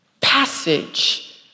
passage